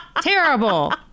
Terrible